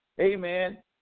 Amen